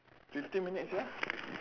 fifteen minutes ah